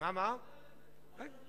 הוא ממשיך להיות שר.